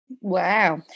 Wow